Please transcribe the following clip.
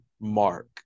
mark